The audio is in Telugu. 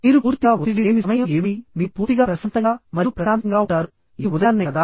మీరు పూర్తిగా ఒత్తిడి లేని సమయం ఏమిటి మీరు పూర్తిగా ప్రశాంతంగా మరియు ప్రశాంతంగా ఉంటారు ఇది ఉదయాన్నే కదా